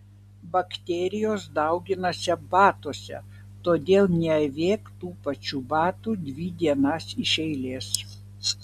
bakterijos dauginasi batuose todėl neavėk tų pačių batų dvi dienas iš eilės